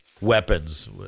Weapons